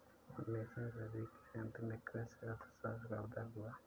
उन्नीस वीं सदी के अंत में कृषि अर्थशास्त्र का उदय हुआ